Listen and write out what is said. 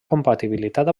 compatibilitat